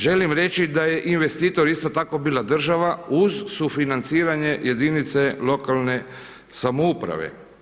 Želim reći da je investitor isto tako bila država uz sufinanciranje jedinice lokalne samouprave.